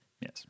Yes